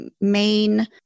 main